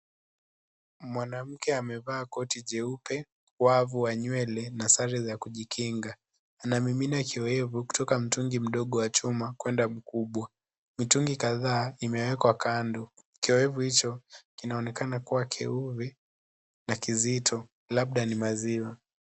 Mwanamke amevaa koti jeupe, wavu wa nywele na sare za kujikinga. Anamimina kiyowevu kutoka mtungi mdogo wa chuma, kwenda mkubwa. Mitungi kadhaa imewekwa kando kiyowevu hicho, kinaonekana kuwa kiuri na kizito labda ni maziwa.